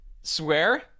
swear